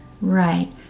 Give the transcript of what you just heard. Right